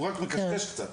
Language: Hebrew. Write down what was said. הוא רק מקשקש קצת.